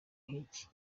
nk’iki